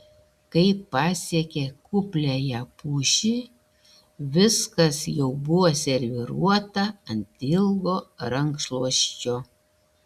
kai pasiekė kupliąją pušį viskas jau buvo serviruota ant ilgo rankšluosčio